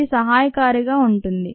ఇది సహాయకారిగా ఉంటుంది